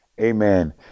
amen